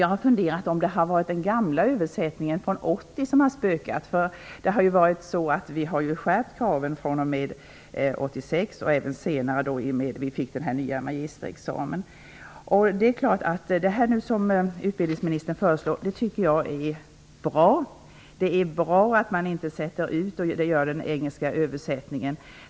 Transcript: Jag har funderat över om det är den gamla översättningen från 1980 som har spökat här. Man har ju skärpt kraven 1986 och även i samband med att vi fick den nya magisterexamen. Jag tycker att det som utbildningsministern nu föreslår är bra. Det är bra att man inte anger någon engelsk översättning.